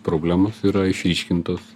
problemos yra išryškintos